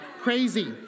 Crazy